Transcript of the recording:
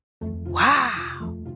Wow